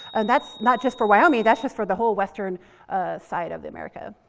and that's not just for wyoming, that's just for the whole western side of the america.